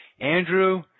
Andrew